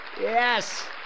Yes